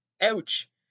Ouch